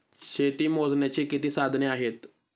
शेती मोजण्याची किती साधने आहेत?